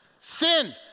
sin